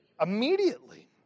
Immediately